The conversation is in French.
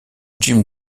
jim